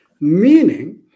Meaning